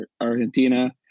Argentina